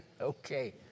Okay